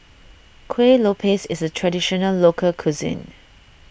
Kueh Lopes is a Traditional Local Cuisine